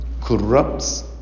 corrupts